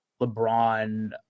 LeBron